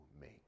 make